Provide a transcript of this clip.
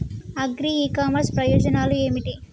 Agri e commerce ప్రయోజనాలు ఏమిటి?